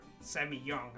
semi-young